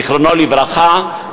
זיכרונו לברכה,